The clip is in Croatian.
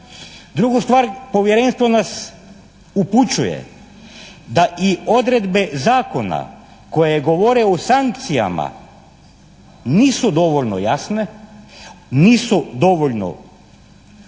Drugu stvar, Povjerenstvo nas upućuje da i odredbe zakona koje govore o sankcijama nisu dovoljno jasne, nisu dovoljno primjenjive